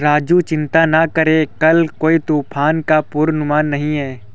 राजू चिंता ना करो कल कोई तूफान का पूर्वानुमान नहीं है